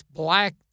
black